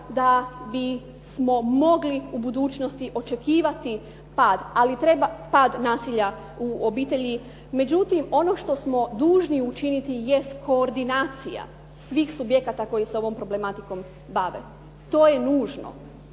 da bi smo mogli u budućnosti očekivati pad nasilja u obitelji. Međutim ono što smo dužni učiniti jest koordinacija svih subjekata koji se ovom problematikom bave. To je nužno.